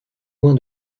loin